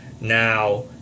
Now